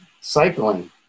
cycling